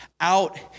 out